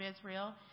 Israel